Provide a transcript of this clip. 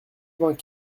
vingt